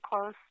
close